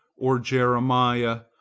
or jeremiah,